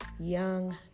Young